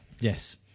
Yes